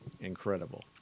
incredible